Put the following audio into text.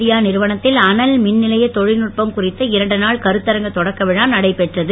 India நிறுவனத்தில் அனல் மின் நிலைய தொழில்நுட்பம் குறித்த இரண்டு நாள் கருத்தரங்க தொடக்க விழா நடைபெற்றது